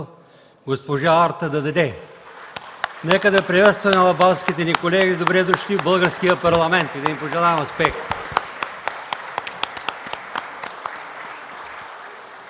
госпожа Арта Даде. Нека да приветстваме албанските ни колеги с „Добре дошли!” в Българския парламент и да им пожелаем успех.